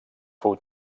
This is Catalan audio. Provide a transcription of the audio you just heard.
fou